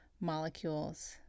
molecules